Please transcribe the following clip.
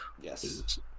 Yes